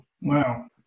Wow